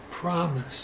promise